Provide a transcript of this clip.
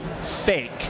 fake